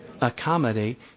accommodate